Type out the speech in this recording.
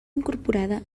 incorporada